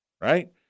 right